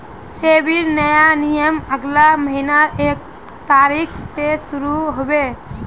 सेबीर नया नियम अगला महीनार एक तारिक स शुरू ह बे